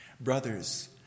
Brothers